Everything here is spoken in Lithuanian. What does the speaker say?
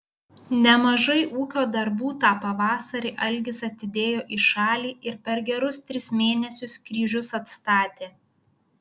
nemažai ūkio darbų tą pavasarį algis atidėjo į šalį ir per gerus tris mėnesius kryžius atstatė